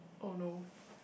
oh no